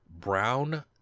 brown